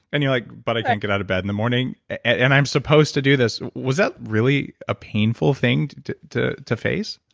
and you're like, but i can't get out of bed in the morning and i'm supposed to do this. was that really a painful thing to to face?